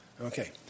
Okay